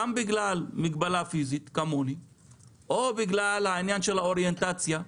אם בגלל מגבלה פיזית או בגלל העניין של האוריינטציה.